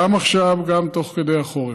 גם עכשיו וגם תוך כדי החורף.